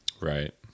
Right